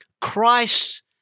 Christ